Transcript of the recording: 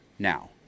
Now